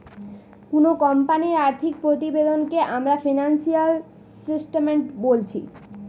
কুনো কোম্পানির আর্থিক প্রতিবেদনকে আমরা ফিনান্সিয়াল স্টেটমেন্ট বোলছি